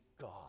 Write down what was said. God